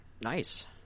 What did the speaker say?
Nice